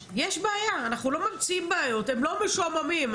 אנחנו לא ממציאים בעיות, הם לא משועממים.